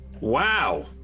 Wow